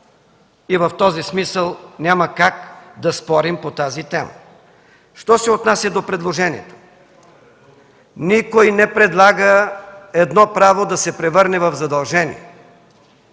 В този смисъл няма как да спорим по тази тема. Що се отнася до предложението, никой не предлага едно право да се превърне в задължение.